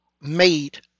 made